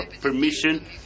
permission